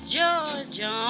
Georgia